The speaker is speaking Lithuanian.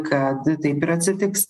kad taip atsitiks